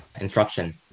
instruction